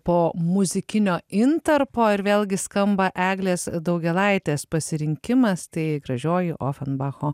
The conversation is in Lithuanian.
po muzikinio intarpo ir vėlgi skamba eglės daugėlaitės pasirinkimas tai gražioji ofenbacho